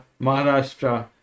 Maharashtra